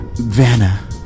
vanna